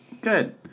Good